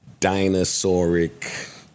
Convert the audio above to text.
dinosauric